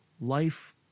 life